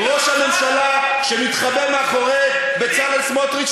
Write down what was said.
ראש הממשלה מתחבא מאחורי בצלאל סמוטריץ,